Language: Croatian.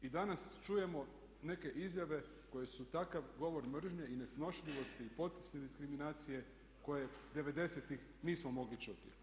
I danas čujemo neke izjave koje su takav govor mržnje i nesnošljivosti i diskriminacije koje '90-ih nismo mogli čuti.